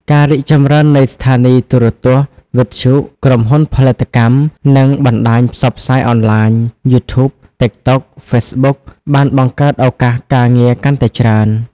ការរីកចម្រើននៃស្ថានីយទូរទស្សន៍ វិទ្យុ ក្រុមហ៊ុនផលិតកម្ម និងបណ្ដាញផ្សព្វផ្សាយអនឡាញ យូធូប តិកតុក ហ្វេសបុក បានបង្កើតឱកាសការងារកាន់តែច្រើន។